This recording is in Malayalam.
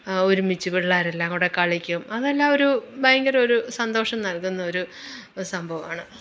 ഒരുമിച്ച് പിള്ളേരെല്ലാം കൂടി കളിക്കും അതെല്ലാം ഒരു ഭയങ്കര ഒരു സന്തോഷം നൽകുന്ന ഒരു ഒരു സംഭവമാണ്